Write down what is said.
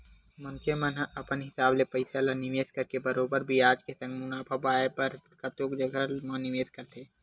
मनखे मन ह अपन हिसाब ले पइसा ल निवेस करके बरोबर बियाज के संग मुनाफा पाय बर कतको जघा म निवेस करथे